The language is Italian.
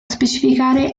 specificare